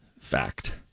fact